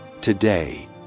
today